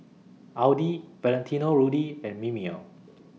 Audi Valentino Rudy and Mimeo